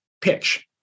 pitch